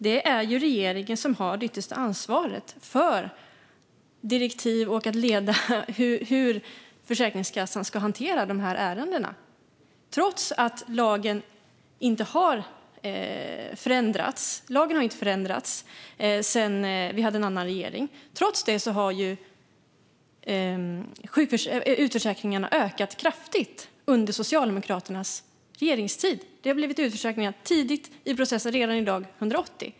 Det är regeringen som har det yttersta ansvaret för direktiv och att leda hur Försäkringskassan ska hantera dessa ärenden. Lagen har inte förändrats sedan vi hade en annan regering. Trots det har utförsäkringarna ökat kraftigt under Socialdemokraternas regeringstid. Det har blivit utförsäkringar tidigt i processen, redan vid dag 180.